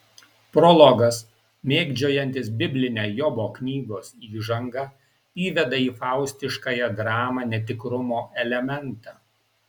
prologas mėgdžiojantis biblinę jobo knygos įžangą įveda į faustiškąją dramą netikrumo elementą